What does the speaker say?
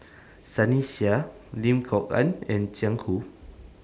Sunny Sia Lim Kok Ann and Jiang Hu